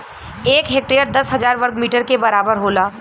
एक हेक्टेयर दस हजार वर्ग मीटर के बराबर होला